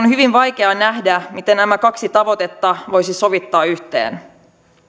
on hyvin vaikea nähdä miten nämä kaksi tavoitetta voisi sovittaa yhteen